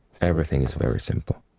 everything is very simple.